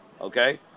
okay